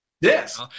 Yes